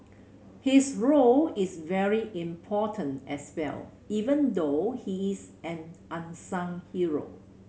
his role is very important as well even though he is an unsung hero